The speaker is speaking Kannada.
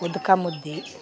ಉದಕ ಮುದ್ದೆ